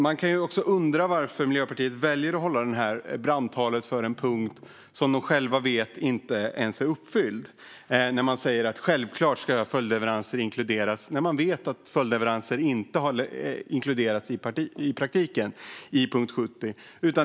Man kan undra varför Miljöpartiet väljer att hålla detta brandtal för en punkt som de själva vet inte ens är uppfylld och säger att följdleveranser självklart ska inkluderas, när de vet att följdleveranser inte har inkluderats i praktiken i punkt 70.